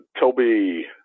Toby